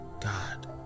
God